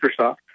Microsoft